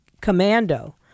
commando